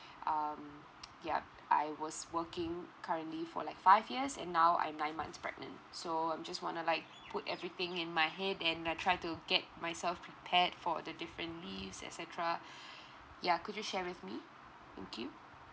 um yup I was working currently for like five years and now I'm nine months pregnant so I'm just wanna like put everything in my head and uh try to get myself prepared for the different leave et cetera yeah could you share with me thank you